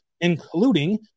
including